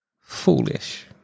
foolish